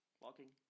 Walking